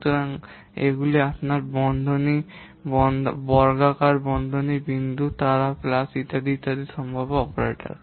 সুতরাং এগুলি আপনার বন্ধনী বর্গাকার বন্ধনী বিন্দু তারা প্লাস ইত্যাদি ইত্যাদি সম্ভাব্য অপারেটর